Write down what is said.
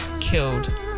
killed